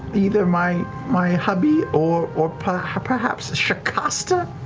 either my my hubby or or perhaps perhaps shakaste. ah